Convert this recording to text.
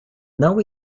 não